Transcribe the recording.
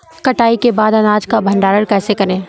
कटाई के बाद अनाज का भंडारण कैसे करें?